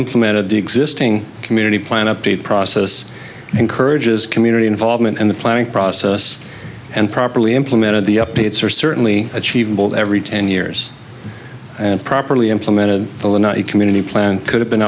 implemented the existing community plan update process encourages community involvement in the planning process and properly implemented the updates are certainly achievable every ten years and properly implemented the lanai community plan could have been